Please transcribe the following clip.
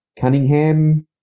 Cunningham